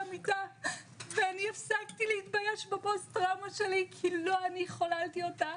המיטה ואני הפסקתי להתבייש בפוסט טראומה שלי כי לא אני חוללתי אותה,